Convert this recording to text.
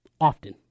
Often